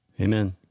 Amen